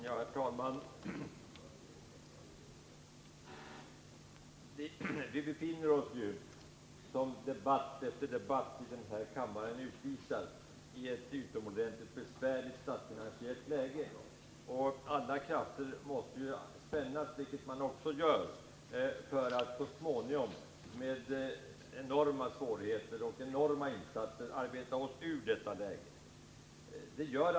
Herr talman! Vi befinner oss — som debatt efter debatt här i kammaren utvisat — i ett utomordentligt besvärligt statsfinansiellt läge. Alla krafter måste spännas — vilket också sker — för att vi så småningom med enorma svårigheter och enorma insatser skall kunna arbeta oss ur detta läge.